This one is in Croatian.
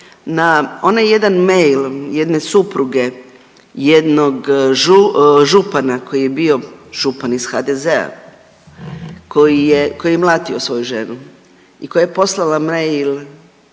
na onaj jedan mail jedne supruge jednog župana koji je bio župan iz HDZ-a koji je, koji je mlatio svoju ženu i koja je poslala mail